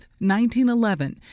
1911